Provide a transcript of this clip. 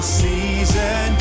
season